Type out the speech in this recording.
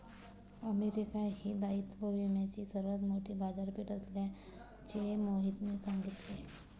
America ही दायित्व विम्याची सर्वात मोठी बाजारपेठ असल्याचे मोहितने सांगितले